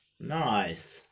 nice